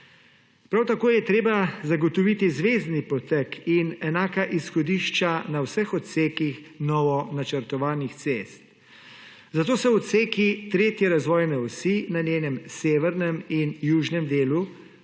Prav tako je treba zagotoviti zvezni potek in enaka izhodišča na vseh odsekih novo načrtovanih cest. Zato so odseki tretje razvojne osi na njenem severnem in južnem delu,